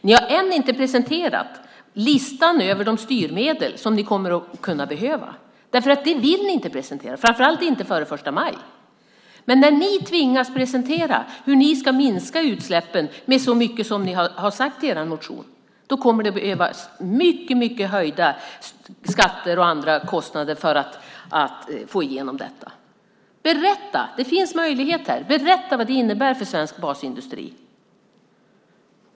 Ni har ännu inte presenterat listan över de styrmedel som ni kommer att behöva. Ni vill inte presentera den, framför allt inte före den 1 maj. Men när ni tvingas presentera hur ni ska minska utsläppen med så mycket som ni har sagt i er motion kommer det att innebära mycket höjda skatter och andra kostnader för att få igenom det. Nu finns det möjlighet att berätta vad det innebär för svensk basindustri.